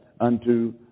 unto